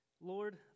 Lord